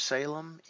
Salem